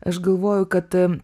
aš galvoju kad